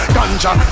Ganja